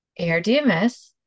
ARDMS